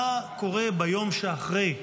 מה קורה ביום שאחרי?